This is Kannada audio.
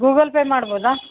Google Pay ಮಾಡಬೌದಾ